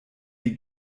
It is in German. die